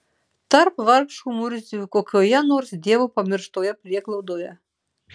tarp vargšų murzių kokioje nors dievo pamirštoje prieglaudoje